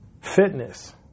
Fitness